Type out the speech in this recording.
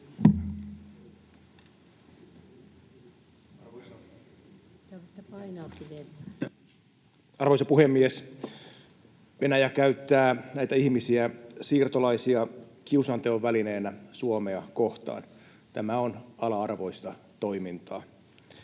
Arvoisa puhemies! Venäjä käyttää näitä ihmisiä, siirtolaisia, kiusanteon välineenä Suomea kohtaan. Tämä on ala-arvoista toimintaa.